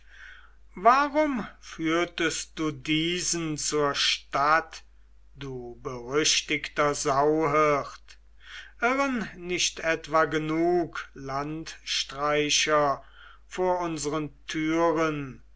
warum führtest du diesen zur stadt du berüchtigter sauhirt irren nicht etwa genug landstreicher vor unseren türen